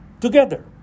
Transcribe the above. together